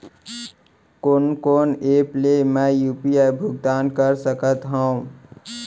कोन कोन एप ले मैं यू.पी.आई भुगतान कर सकत हओं?